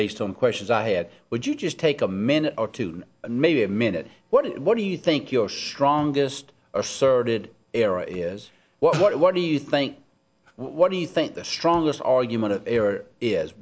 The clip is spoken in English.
based on questions i had would you just take a minute or two and maybe a minute what do you think your strongest asserted error is what do you think what do you think the strongest argument of error is